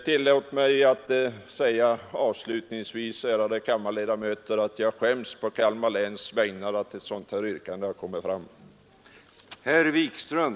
Tillåt mig avslutningsvis säga, ärade kammarledamöter, att jag skäms på Kalmar läns vägnar att ett sådant här yrkande har framställts.